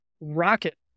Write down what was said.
rocket